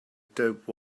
dope